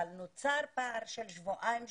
אבל נוצר פער של שבועיים שלושה,